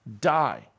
die